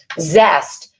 zest,